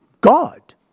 God